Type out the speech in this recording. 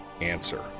answer